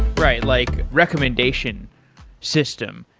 right. like recommendation system.